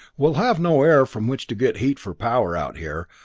we'll have no air from which to get heat for power out here,